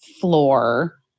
floor